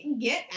get